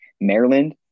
Maryland